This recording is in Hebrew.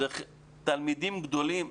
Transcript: תלמידים גדולים.